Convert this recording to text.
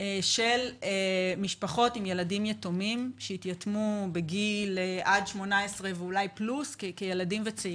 של משפחות עם ילדים יתומים שהתייתמו בגיל עד 18 ואולי פלוס,